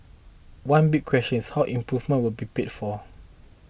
one big question is how improvement will be paid for